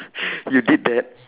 you did that